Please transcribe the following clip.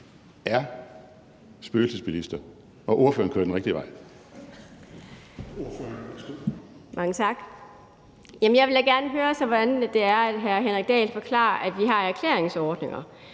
er spøgelsesbilister, og ordføreren kører den rigtige vej.